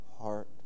heart